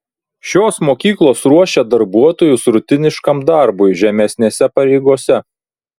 šios mokyklos ruošia darbuotojus rutiniškam darbui žemesnėse pareigose